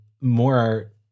more